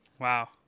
Wow